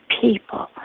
people